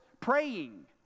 praying